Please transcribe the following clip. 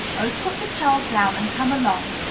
oh, put the child down, and come along,